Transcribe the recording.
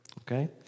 Okay